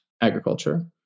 agriculture